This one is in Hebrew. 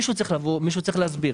מישהו צריך לבוא, מישהו צריך להסביר.